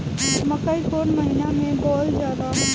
मकई कौन महीना मे बोअल जाला?